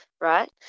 Right